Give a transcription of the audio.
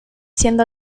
siendo